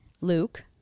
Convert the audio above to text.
Luke